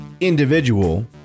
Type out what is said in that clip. individual